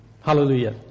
Hallelujah